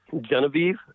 Genevieve